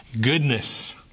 goodness